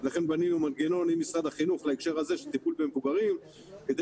לכן בנינו מנגנון עם משרד החינוך להקשר הזה של טיפול במבוגרים כדי